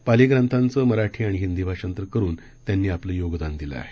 पाली ग्रंथांचं मराठी आणि हिंदी भाषांतर करून त्यांनी आपलं योगदान दिले आहे